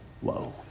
whoa